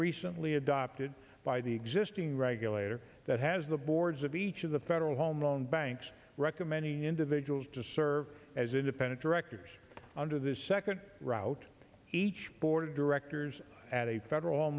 recently adopted by the existing regulator that has the boards of each of the federal home loan banks recommending individuals to serve as independent directors under this second route each board of directors at a federal